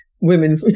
women